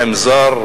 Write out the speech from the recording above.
עם זר,